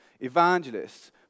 evangelists